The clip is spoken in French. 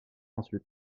ensuite